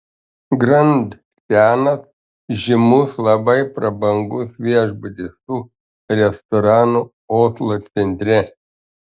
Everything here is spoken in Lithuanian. grand senas žymus labai prabangus viešbutis su restoranu oslo centre